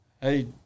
Hey